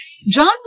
John